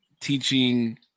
teaching